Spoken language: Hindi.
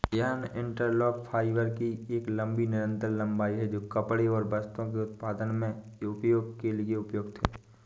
यार्न इंटरलॉक फाइबर की एक लंबी निरंतर लंबाई है, जो कपड़े और वस्त्रों के उत्पादन में उपयोग के लिए उपयुक्त है